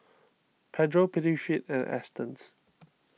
Pedro Prettyfit and Astons